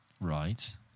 Right